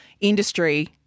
industry